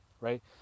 right